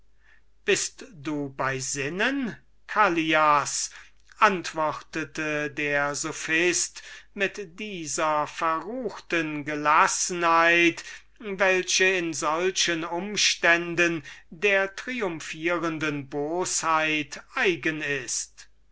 bist du bei sinnen callias antwortete der sophist mit dieser verruchten gelassenheit welche in solchen umständen der triumphierenden bosheit eigen ist